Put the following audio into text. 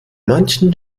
manchen